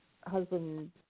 husband